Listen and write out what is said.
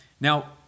Now